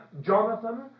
Jonathan